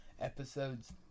episodes